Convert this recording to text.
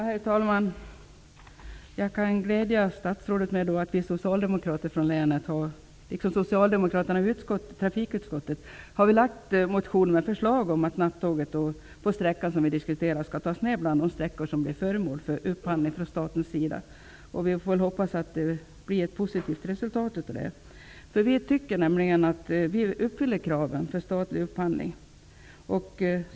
Herr talman! Jag kan glädja statsrådet med att vi socialdemokrater från länet, liksom socialdemokraterna i trafikutskottet, har väckt motioner med förslag om att nattåget på sträckan vi diskuterar skall tas med bland de sträckor som blir föremål för upphandling från statens sida. Vi får hoppas att resultatet blir positivt. Vi tycker nämligen att vi uppfyller kraven för statlig upphandling.